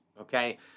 okay